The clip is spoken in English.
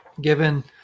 given